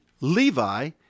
Levi